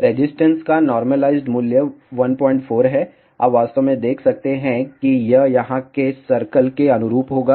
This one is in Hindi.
रेजिस्टेंस का नार्मलाइजड़ मूल्य 14 है आप वास्तव में देख सकते हैं कि यह यहां के सर्कल के अनुरूप होगा